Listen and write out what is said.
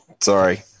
Sorry